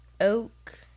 Oak